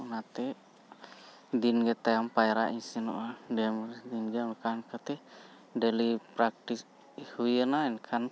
ᱚᱱᱟᱛᱮ ᱫᱤᱱ ᱜᱮ ᱛᱟᱭᱚᱢ ᱯᱟᱭᱨᱟᱜ ᱤᱧ ᱥᱮᱱᱚᱜᱼᱟ ᱰᱮᱢ ᱫᱤᱱ ᱜᱮ ᱚᱱᱠᱟ ᱤᱱᱠᱟᱛᱮ ᱰᱮᱞᱤ ᱯᱨᱟᱠᱴᱤᱥ ᱦᱩᱭᱮᱱᱟ ᱮᱱᱠᱷᱟᱱ